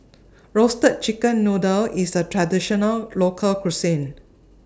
Roasted Chicken Noodle IS A Traditional Local Cuisine